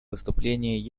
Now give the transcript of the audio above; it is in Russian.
выступлении